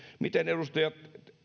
mitä edustajat